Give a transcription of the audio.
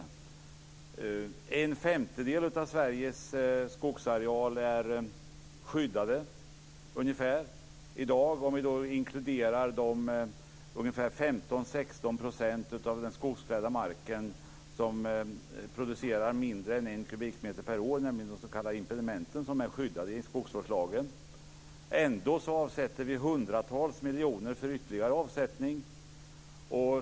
Ungefär en femtedel av Sveriges skogsareal är i dag skyddad om vi inkluderar de 15-16 % av den skogsklädda marken som producerar mindre än en kubikmeter per år, nämligen de s.k. impedimenten, som är skyddade i skogsvårdslagen. Ändå lägger vi hundratals miljoner på ytterligare avsättningar.